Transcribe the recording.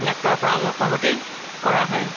doctor পৰামৰ্শমতেই কৰা হয়